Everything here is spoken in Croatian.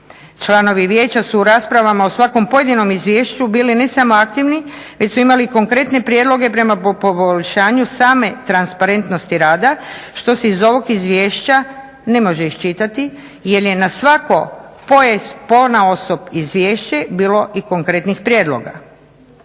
Članovi vijeća su u raspravama o svakom pojedinom izvješću bili ne samo aktivni već su imali konkretne prijedloge prema poboljšanju same transparentnosti rada što se iz ovog izvješća ne može iščitati jer je na svako ponaosob izvješće bilo i konkretnih prijedloga.